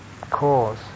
cause